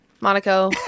Monaco